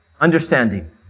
understanding